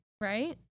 right